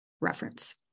reference